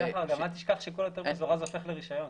אל תשכח שכל היתר מזורז הופך לרישיון.